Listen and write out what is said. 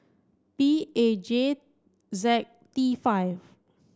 P A J Z T five